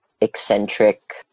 eccentric